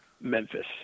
Memphis